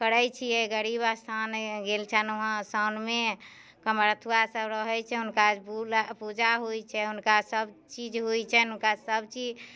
करै छियै गरीब स्थान गेल छनौहँ साउनमे कमरथुआ सभ रहै छै हुनका फूल पूजा होइ छै हुनका सभचीज होइ छनि हुनका सभचीज